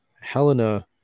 Helena